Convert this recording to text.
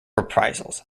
reprisals